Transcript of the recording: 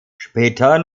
später